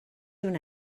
una